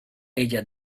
ella